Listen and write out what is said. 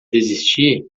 desistir